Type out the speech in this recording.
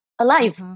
alive